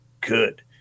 good